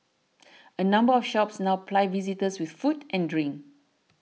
a number of shops now ply visitors with food and drink